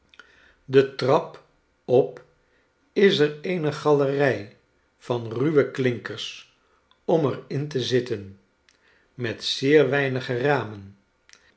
de trap op is er eene galerij van ruwe klinkers om er in te zitten met zeer weinige ramen